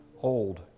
old